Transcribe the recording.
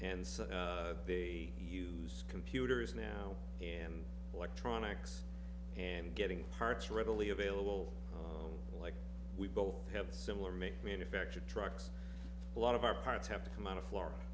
and so they use computers now and electronics and getting parts readily available like we both have similar make manufactured trucks a lot of our parts have to come out of florida